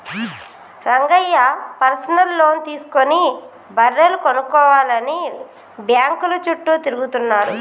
Rangayya personal loan తీసుకుని బర్రెలు కొనుక్కోవాలని బ్యాంకుల చుట్టూ తిరుగుతున్నాడు